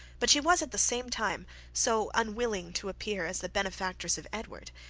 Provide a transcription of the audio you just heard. but she was at the same time so unwilling to appear as the benefactress of edward,